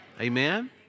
Amen